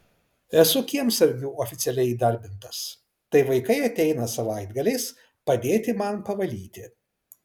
esu kiemsargiu oficialiai įdarbintas tai vaikai ateina savaitgaliais padėti man pavalyti